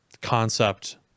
concept